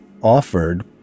offered